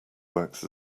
works